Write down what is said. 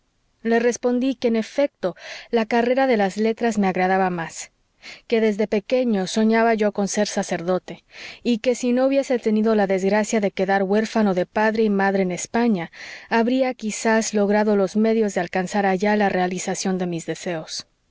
le respondí que en efecto la carrera de las letras me agradaba más que desde pequeño soñaba yo con ser sacerdote y que si no hubiese tenido la desgracia de quedar huérfano de padre y madre en españa habría quizás logrado los medios de alcanzar allá la realización de mis deseos